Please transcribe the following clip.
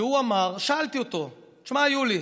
אמר, שאלתי אותו, שמע, יולי,